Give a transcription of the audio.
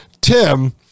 Tim